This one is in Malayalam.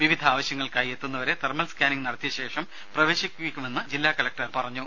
വിവിധ ആവശ്യങ്ങൾക്കായി എത്തുന്നവരെ തെർമൽ സ്കാനിങ് നടത്തിയ ശേഷം പ്രവേശിപ്പിക്കുമെന്ന് അവർ പറഞ്ഞു